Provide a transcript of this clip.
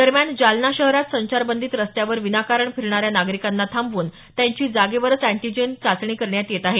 दरम्यान जालना शहरात संचारबंदीत रस्त्यावर विनाकारण फिरणाऱ्या नागरिकांना थांबवून त्यांची जागेवरच अँटीजेन चाचणी करण्यात येत आहे